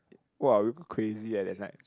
!wow! we go crazy ah that night